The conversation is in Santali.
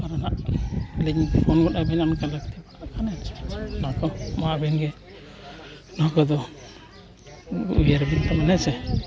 ᱟᱨᱚ ᱦᱟᱸᱜ ᱞᱤᱧ ᱯᱷᱳᱱ ᱜᱚᱫ ᱟᱹᱵᱤᱱᱟ ᱚᱱᱠᱟ ᱞᱟᱹᱠᱛᱤ ᱯᱟᱲᱟᱜ ᱠᱷᱟᱱ ᱦᱮᱸ ᱪᱮ ᱱᱚᱣᱟ ᱠᱚ ᱢᱟ ᱟᱹᱵᱤᱱ ᱜᱮ ᱱᱚᱣᱟ ᱠᱚᱫᱚ ᱩᱭᱦᱟᱹᱨᱟᱵᱤᱱ ᱦᱮᱸᱥᱮ